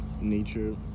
nature